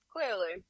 Clearly